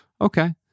Okay